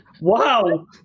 Wow